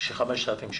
של 5,000 שקל.